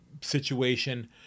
situation